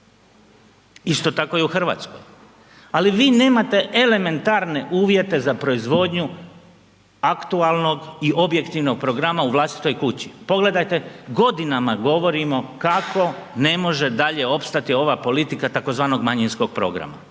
Isto tako i u Hrvatskoj, ali vi nemate elementarne uvjete za proizvodnju aktualnog i objektivnog programa u vlastitoj kući. Pogledajte, godinama govorimo kako ne može dalje opstati ova politika tzv. manjinskog programa,